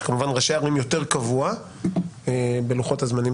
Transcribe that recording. כשכמובן ראשי ערים יותר קבוע בלוחות הזמנים